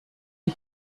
est